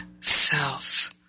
self